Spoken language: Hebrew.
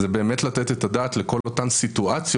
זה לתת את הדעת לכל אותן סיטואציות,